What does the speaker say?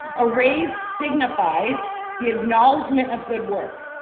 a raise signifies the acknowledgment of good work.